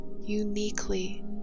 uniquely